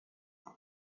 are